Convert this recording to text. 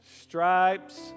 stripes